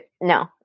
No